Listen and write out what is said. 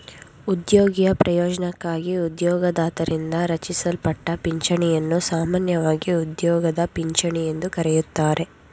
ಉದ್ಯೋಗಿಯ ಪ್ರಯೋಜ್ನಕ್ಕಾಗಿ ಉದ್ಯೋಗದಾತರಿಂದ ರಚಿಸಲ್ಪಟ್ಟ ಪಿಂಚಣಿಯನ್ನು ಸಾಮಾನ್ಯವಾಗಿ ಉದ್ಯೋಗದ ಪಿಂಚಣಿ ಎಂದು ಕರೆಯುತ್ತಾರೆ